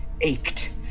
ached